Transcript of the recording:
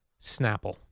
Snapple